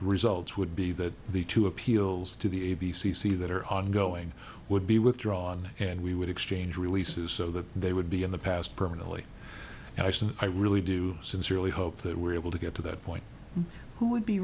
results would be that the two appeals to the a b c see that are ongoing would be withdrawn and we would exchange releases so that they would be in the past permanently and i since i really do sincerely hope that we're able to get to that point who would be